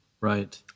right